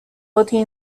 body